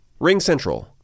RingCentral